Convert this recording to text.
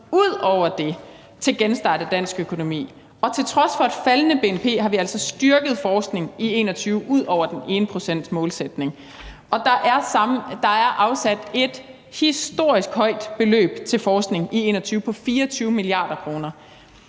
ud over det til en genstart af dansk økonomi. Og til trods for et faldende bnp har vi altså styrket forskningen i 2021 ud over den 1-procentsmålsætning. Der er afsat et historisk højt beløb til forskning i 2021 på 24 mia. kr.